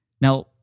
Now